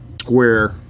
square